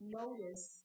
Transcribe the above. notice